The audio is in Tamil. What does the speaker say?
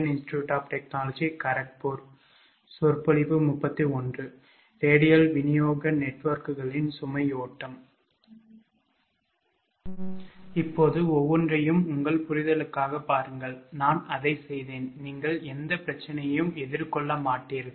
இப்போது ஒவ்வொன்றையும் உங்கள் புரிதலுக்காகப் பாருங்கள் நான் அதைச் செய்தேன் நீங்கள் எந்த பிரச்சனையும் எதிர்கொள்ள மாட்டீர்கள்